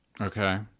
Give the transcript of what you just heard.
Okay